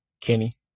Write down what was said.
Kenny